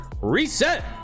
Reset